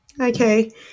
Okay